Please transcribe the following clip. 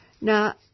Now